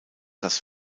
das